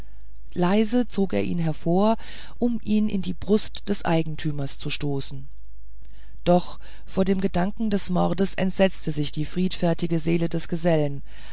leise zog er ihn hervor um ihn in die brust des eigentümers zu stoßen doch vor dem gedanken des mordes entsetzte sich die friedfertige seele des gesellen